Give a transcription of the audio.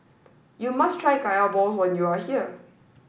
you must try Kaya Balls when you are here